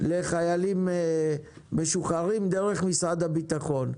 לחיילים משוחררים דרך משרד הבטחון.